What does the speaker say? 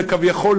כביכול,